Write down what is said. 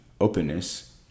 openness